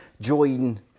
join